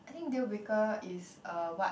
I think deal breaker is a what